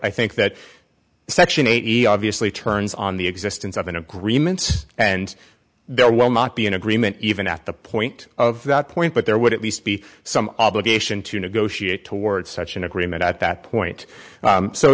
eighty obviously turns on the existence of an agreement and there will not be an agreement even at the point of that point but there would at least be some obligation to negotiate towards such an agreement at that point